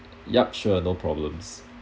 yup sure no problems